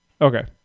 Okay